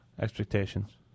expectations